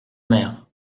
mer